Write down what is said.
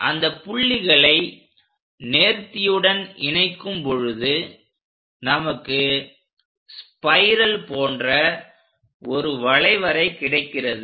அந்த புள்ளிகளை நேர்த்தியுடன் இணைக்கும் பொழுது நமக்கு ஸ்பைரல் போன்ற ஒரு வளைவரை கிடைக்கிறது